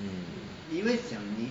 mm